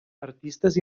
artistes